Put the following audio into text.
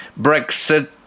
Brexit